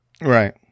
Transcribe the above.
Right